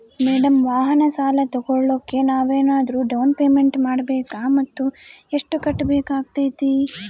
Madam ವಾಹನ ಸಾಲ ತೋಗೊಳೋಕೆ ನಾವೇನಾದರೂ ಡೌನ್ ಪೇಮೆಂಟ್ ಮಾಡಬೇಕಾ ಮತ್ತು ಎಷ್ಟು ಕಟ್ಬೇಕಾಗ್ತೈತೆ?